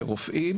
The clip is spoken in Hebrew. לרופאים